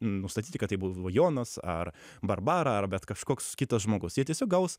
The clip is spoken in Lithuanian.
nustatyti kad tai buvo jonas ar barbara ar bet kažkoks kitas žmogus jie tiesiog gaus